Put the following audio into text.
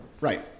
Right